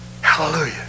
hallelujah